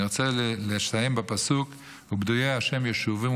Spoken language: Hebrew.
אני רוצה לסיים בפסוק "ופדויי השם ישובון